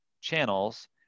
channels